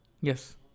yes